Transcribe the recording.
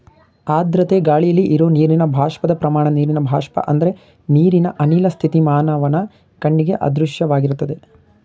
ಆರ್ದ್ರತೆ ಗಾಳಿಲಿ ಇರೋ ನೀರಿನ ಬಾಷ್ಪದ ಪ್ರಮಾಣ ನೀರಿನ ಬಾಷ್ಪ ಅಂದ್ರೆ ನೀರಿನ ಅನಿಲ ಸ್ಥಿತಿ ಮಾನವನ ಕಣ್ಣಿಗೆ ಅದೃಶ್ಯವಾಗಿರ್ತದೆ